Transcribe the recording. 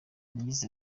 yagize